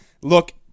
Look